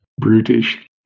brutish